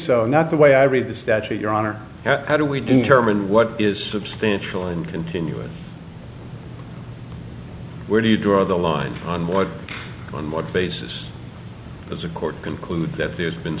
so not the way i read the statute your honor how do we do term and what is substantial and continuous where do you draw the line on what on what basis does a court conclude that there's been